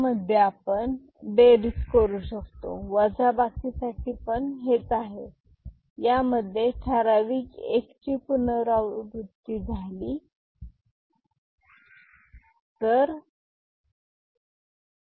यामध्ये आपण बेरीज करू शकतो वजाबाकी साठी पण हेच आहे यामध्ये ठराविक 1 ची पुनरावृत्ती झाली एकच राहिले केली जाईल